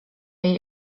jej